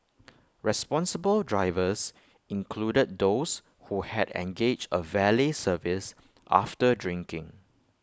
responsible drivers included those who had engaged A valet service after drinking